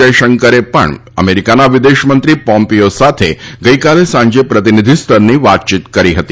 જયશંકરે પણ અમેરિકાના વિદેશમંત્રી પોમ્પીઓ સાથે ગઈકાલે સાંજે પ્રતિનિધિસ્તરની વાતચીત કરી હતી